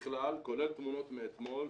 ככלל כולל תמונות מאתמול,